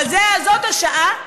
אבל זאת השעה,